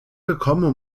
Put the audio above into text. gekommen